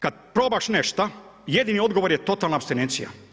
Kad probaš nešta, jedini odgovor je totalna apstinencija.